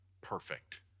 perfect